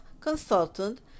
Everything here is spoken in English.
consultant